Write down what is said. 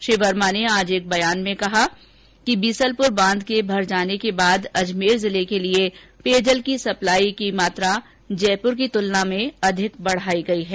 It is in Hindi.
श्री वर्मा ने आज एक बयान में कहा कि बीसलपुर के भर जाने के बाद अजमेर जिले के लिए पेयजल की सप्लाई जयपुर की तुलना में अधिक बढ़ाई गई है